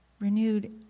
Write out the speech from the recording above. renewed